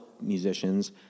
musicians